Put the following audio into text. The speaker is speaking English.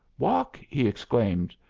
walk! he exclaimed.